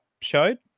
showed